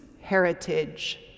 Heritage